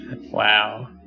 Wow